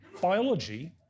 Biology